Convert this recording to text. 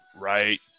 Right